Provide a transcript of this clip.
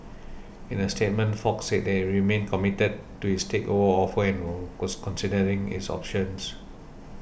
in a statement Fox said that it remained committed to its takeover offer and were was considering its options